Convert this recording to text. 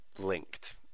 linked